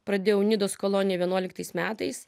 pradėjau nidos koloniją vienuoliktais metais